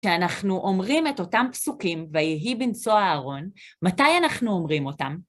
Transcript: כשאנחנו אומרים את אותם פסוקים, ויהי בנסוע אהרון, מתי אנחנו אומרים אותם?